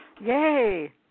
yay